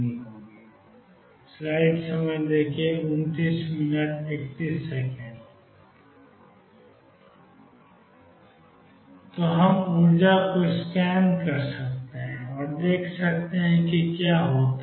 तो हम ऊर्जा को स्कैन कर सकते हैं और देख सकते हैं कि क्या होता है